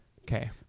okay